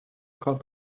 called